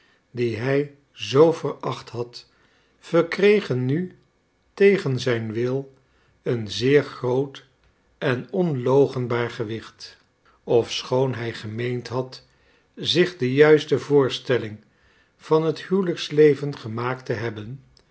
die hij zoo veracht had verkregen nu tegen zijn wil een zeer groot en onloochenbaar gewicht ofschoon hij gemeend had zich de juiste voorstelling van het huwelijksleven gemaakt te hebben